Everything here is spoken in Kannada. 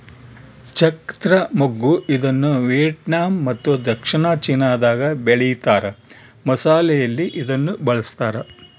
ಚಕ್ತ್ರ ಮಗ್ಗು ಇದನ್ನುವಿಯೆಟ್ನಾಮ್ ಮತ್ತು ದಕ್ಷಿಣ ಚೀನಾದಾಗ ಬೆಳೀತಾರ ಮಸಾಲೆಯಲ್ಲಿ ಇದನ್ನು ಬಳಸ್ತಾರ